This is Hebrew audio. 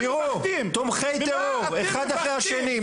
תומכי טרור אחד אחרי השני,